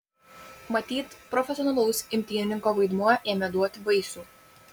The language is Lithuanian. matyt profesionalaus imtynininko vaidmuo ėmė duoti vaisių